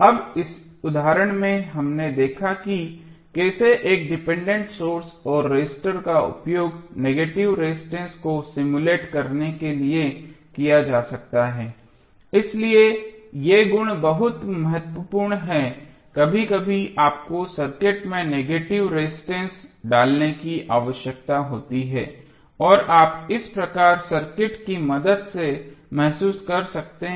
अब इस उदाहरण में हमने देखा है कि कैसे एक डिपेंडेंट सोर्स और रजिस्टर का उपयोग नेगेटिव रेजिस्टेंस को सिमुलेट करने के लिए किया जा सकता है इसलिए ये गुण बहुत महत्वपूर्ण हैं कभी कभी आपको सर्किट में नेगेटिव रेजिस्टेंस डालने की आवश्यकता होती है और आप इस प्रकार सर्किट की मदद से महसूस कर सकते हैं